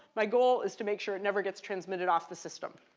my goal is to make sure it never gets transmitted off the system.